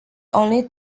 only